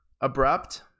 abrupt